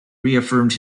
reaffirmed